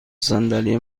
صندلی